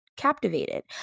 Captivated